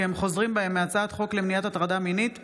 הם חוזרים בהם מהצעת חוק למניעת הטרדה מינית (תיקון,